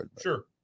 Sure